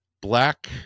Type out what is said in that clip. Black